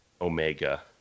omega